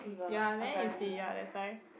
ya then is he ya that time